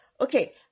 Okay